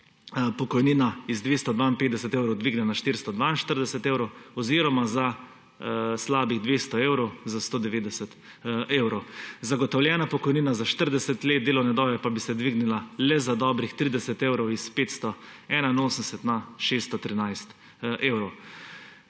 pokojnina z 252 evrov dvigne na 442 evrov oziroma za slabih 200 evrov, za 190 evrov. Zagotovljena pokojnina za 40 let delovne dobe pa bi se dvignila le za dobrih 30 evrov, z 581 na 613 evrov.